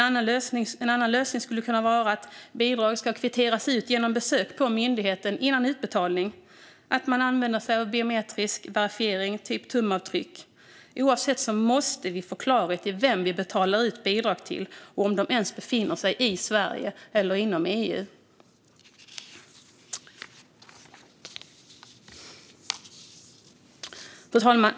Andra lösningar skulle kunna vara att bidrag ska kvitteras ut genom besök på myndigheten före utbetalning eller att man använder sig av biometrisk verifiering, typ tumavtryck. I vilket fall som helst måste vi få klarhet i vem vi betalar ut bidrag till och om de ens befinner sig i Sverige eller EU. Fru talman!